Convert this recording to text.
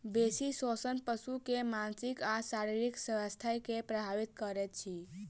बेसी शोषण पशु के मानसिक आ शारीरिक स्वास्थ्य के प्रभावित करैत अछि